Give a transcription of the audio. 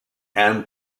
and